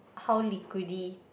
how liquidy